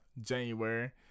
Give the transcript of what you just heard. January